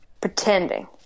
pretending